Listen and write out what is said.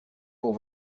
pour